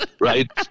right